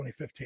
2015